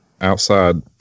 Outside